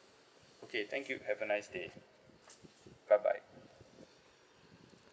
okay thank you have a nice day bye bye